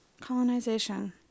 Colonization